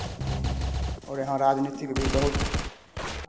और यहाँ राजनीतिक भी बहुत